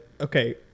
Okay